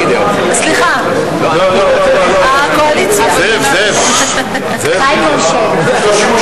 קבוצת סיעת חד"ש וקבוצת סיעת רע"ם-תע"ל לשם החוק לא נתקבלה.